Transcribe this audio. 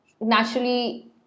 naturally